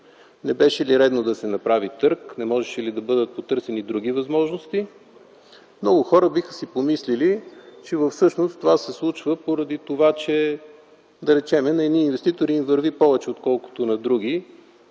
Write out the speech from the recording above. Не беше ли редно да се направи търг? Не можеше ли да бъдат потърсени други възможности? Много хора биха си помислили, че всъщност това се случва поради това, че, да речем, на едни инвеститори им върви повече, отколкото на други.